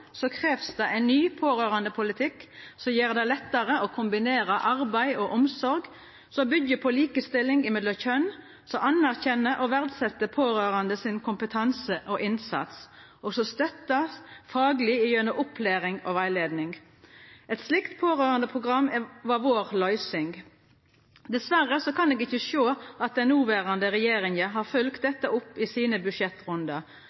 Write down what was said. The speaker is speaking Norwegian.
krevst det ein ny pårørandepolitikk som gjer det lettare å kombinera arbeid og omsorg, som byggjer på likestilling mellom kjønn, som anerkjenner og verdset kompetansen og innsatsen til pårørande, og som støttar fagleg gjennom opplæring og rettleiing. Eit slikt pårørandeprogram var vår løysing. Dessverre kan eg ikkje sjå at den noverande regjeringa har følgt dette opp i sine budsjettrundar,